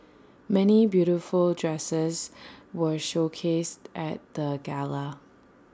many beautiful dresses were showcased at the gala